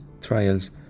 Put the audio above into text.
trials